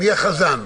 מי החזן?